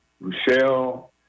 Rochelle